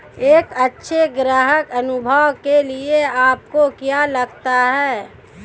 एक अच्छे ग्राहक अनुभव के लिए आपको क्या लगता है?